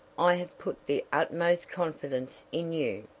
i have put the utmost confidence in you.